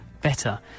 better